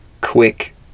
quick